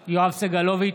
סגלוביץ'